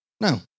No